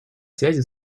связи